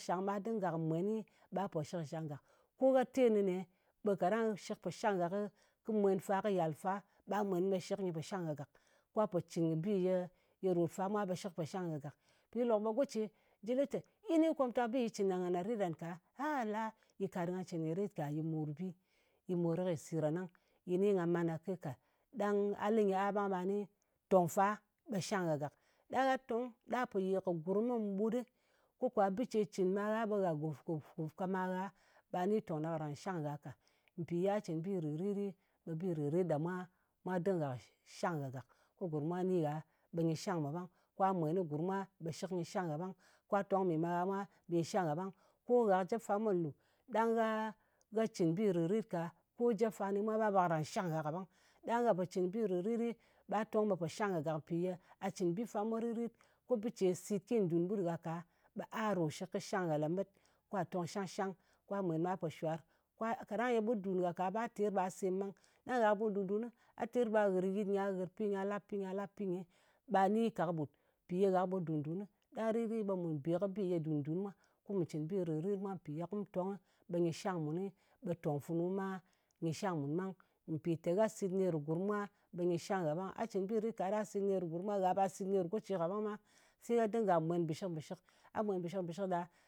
Shang ɓe dɨnga mwenɨ, ɓa po shɨkshang gàk. Ko gha te nɨne, ɓe kaɗang shɨ po shang gha kɨ mwen fa, kɨ yal fa, ɓa mwen ɓe shɨk nyì pò shang gha gak. Kwà po cɨn kɨ bi ye yē ròt fa mwa, ɓe shɨk pò shang gha gàk. Mpì kɨ lok ɓe go ce jɨ lɨ ye, yi ni kwamtak bi yɨ cɨn na ngan ɗa a la, yɨ kàt nga cɨn yì rit ka, yɨ mòrbi. Yɨ mor kwi siran ɗang. Yi ni nga man kake ka. Ɗang a lɨ nyɨ a ɓang ɓe tong fa ɓe shang gha gak. Ɗang gha tong ɗa po yè kɨ gurm mɓutɗɨ, ko kwa bɨ ce cɨn ma gha, ɓe gha gùf-gùf-gùf ka ma gha, ɓa ni tong ɗa karàn shang gha ka. Mpi ya cɨn bi rìrit ɗɨ, ɓe bi rìt-rit ɗa mwa mwa dinga shang ngha gàk. Gurm mwa ni gha ɓe nyɨ shang mwa ɓang. Kwa mwen kɨ gurm mwa, ɓe shɨk nyɨ shang gha ɓang. Kwa tong kɨ mɨ ma gha mwa ɓe nyɨ shang gha ɓang. Ko gha kɨ jep fa mwa lù, ɗang gha, gha cɨn bi rɨrit ka, ko jep fa ni mwa kɨni mwa ɓe karan shang gha kaɓang. Ɗang gha pò cɨn bi rìrit, ɓe tong ɓe pò shang gha gàk. Mpì ye gha cɨn bi fa mwa ririt, ko bɨ ce sit kyi ɗùn ɓut gha ka, ɓe a ɗo shɨk kɨ shang gha lemet, kwa tong shan-shang. Kwa mwen ɓa pò shwar. Kwa, kaɗang ye ɓut dun gha ka, ɓa ter ɓa sem ɓang. Ɗang gha kɨ ɓut ɗùn-dunɨ, a ter ɓa ghɨr yɨt nyɨ, gha ghɨr pi nyɨ, gha lap pi nyɨ, gha lap pi nyɨ, ɓa ni ka kɨɓut. Mpì ye gha kɨ ɓut dùn-dunɨ. Ɗa rit ɗɨ, ɓe mù bè kɨ bi ye dùn-dun mwa, kù mu cɨn bi ye ri-rit mwa, mpì ye kum tongnɨ ɓe nyɨ shang muni, ɓe tòng funu ma, nyɨ shang mùn ɓang. Mpì te, gha sit ner kɨ gurm mwa, ɓe nyɨ shang gha ɓang. A cɨn bi rit ka ɗa sit ner gurm mwa, gha ɓa sit ner goce kaɓang ma. Se gha dinga mwen bɨshɨk-bɨshɨk. A mwen bɨshɨk-bɨshk ɗa